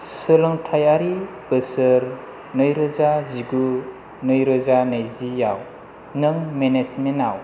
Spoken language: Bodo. सोलोंथायारि बोसोर नैरोजा जिगु नैरोजा नैजियाव नों मेनेजमेन्टाव